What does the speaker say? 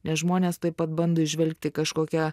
nes žmonės taip pat bando įžvelgti kažkokią